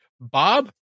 Bob